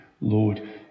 Lord